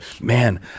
man